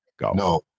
No